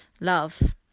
love